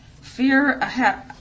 fear